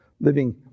living